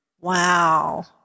Wow